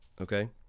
okay